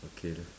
okay lah